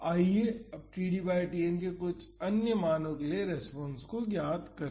आइए अब td by Tn के कुछ अन्य मानों के लिए रेस्पॉन्स ज्ञात करें